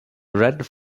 red